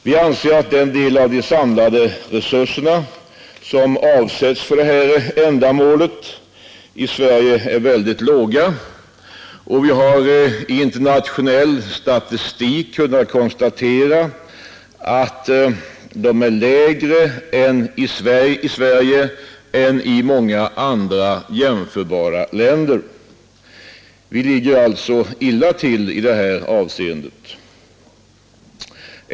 Vi anser att den del av de samlade resurserna som avsätts för detta ändamål i Sverige är mycket liten. Vi har genom internationell statistik kunnat konstatera att den andelen är lägre i Sverige än i många andra jämförbara länder. Vi ligger alltså illa till i det avseendet.